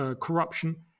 Corruption